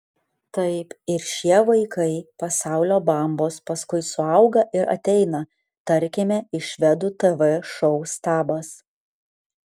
taip ir šie vaikai pasaulio bambos paskui suauga ir ateina tarkime į švedų tv šou stabas